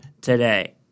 today